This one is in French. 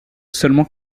seulement